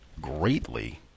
greatly